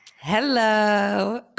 Hello